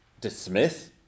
dismiss